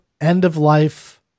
end-of-life